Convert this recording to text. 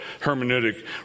hermeneutic